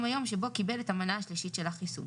היום שבו קיבל את המנה השלישית של החיסון,"